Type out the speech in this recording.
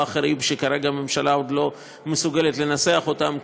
אחרים שכרגע הממשלה עוד לא מסוגלת לנסח אותם,